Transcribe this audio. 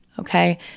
okay